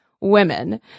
women